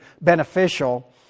beneficial